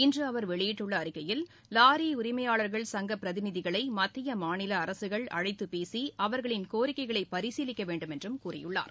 இன்று அவர் வெளியிட்டுள்ள அறிக்கையில் வாரி உரிமையாளர்கள் சங்கப் பிரதிநிதிகளை மத்திய மாநில அரசுகள் அழைத்துப் பேசி அவர்களின் கோரிக்கைகளை பரிசீலிக்க வேண்டும் என்றும் கூறியுள்ளார்